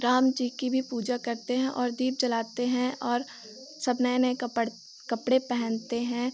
राम जी की भी पूजा करते हैं और दीप जलाते हैं और सब नए नए कपड़े कपड़े पहनते हैं